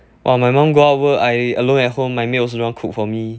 !wah! my mom go out work I alone at home my maid also don't want cook for me